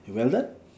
you well done